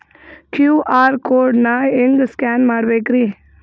QR code ನಾ ಹೆಂಗ scan ಮಾಡಬೇಕ್ರಿ?